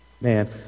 Man